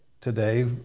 today